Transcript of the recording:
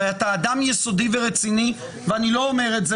אתה הרי אדם יסודי ורציני - ואני באמת לא אומר את זה